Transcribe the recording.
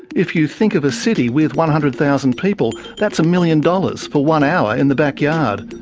if you think of a city with one hundred thousand people, that's a million dollars for one hour in the backyard.